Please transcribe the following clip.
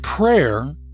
Prayer